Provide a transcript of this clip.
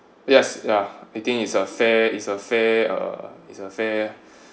yes ya I think is a fair is a fair uh is a fair